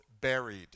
buried